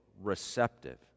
receptive